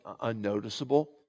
unnoticeable